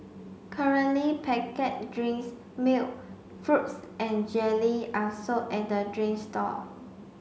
currently packet drinks milk fruits and jelly are sold at the drinks stall